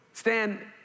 Stan